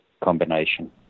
combination